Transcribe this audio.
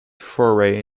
foray